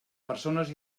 persones